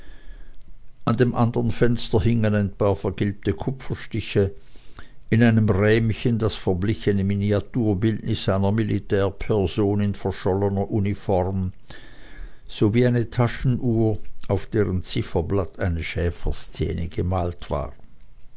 an dem andern fenster hingen ein paar vergilbte kupferstiche in einem rähmchen das verblichene miniaturbildnis einer militärperson in verschollener uniform sowie eine taschenuhr auf deren zifferblatt eine schäferszene gemalt war